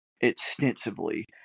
extensively